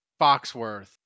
Foxworth